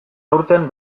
aurten